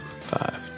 five